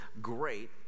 great